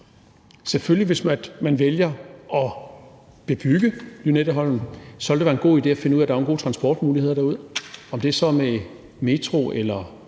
Selvfølgelig vil det, hvis man vælger at bebygge Lynetteholm, være en god idé at finde nogle gode transportmuligheder derud. Om det så er med metro,